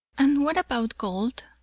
and what about gold?